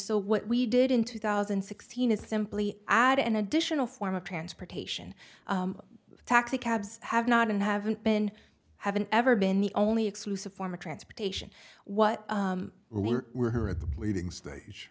so what we did in two thousand and sixteen is simply add an additional form of transportation taxicabs have not and haven't been haven't ever been the only exclusive form of transportation what we're here at the leading s